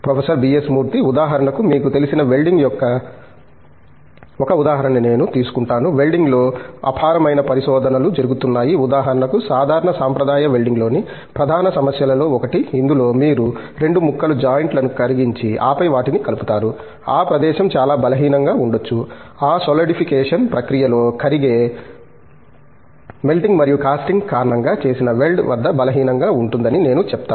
professor B S Murthy ఉదాహరణకు మీకు తెలిసిన వెల్డింగ్ యొక్క ఒక ఉదాహరణ నేను తీసుకుంటాను వెల్డింగ్లో అపారమైన పరిశోధనలు జరుగుతున్నాయి ఉదాహరణకు సాధారణ సాంప్రదాయ వెల్డింగ్లోని ప్రధాన సమస్యలలో ఒకటి ఇందులో మీరు 2 ముక్కలు జాయింట్ లను కరిగించి ఆపై వాటిని కలుపుతారు ఆ ప్రదేశం చాలా బలహీనంగా ఉండొచ్చు ఈ సోలిడిఫికేసన్ ప్రక్రియలో కరిగే మెల్టింగ్ మరియు కాస్టింగ్ కారణంగా చేసిన వెల్డ్ వద్ద బలహీణంగా ఉంటుంది అని నేను చెప్తాను